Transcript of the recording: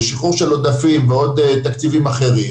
לשחרור של עודפים מעוד תקציבים אחרים